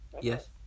Yes